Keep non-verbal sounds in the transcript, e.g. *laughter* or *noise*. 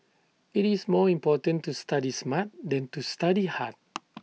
IT is more important to study smart than to study hard *noise*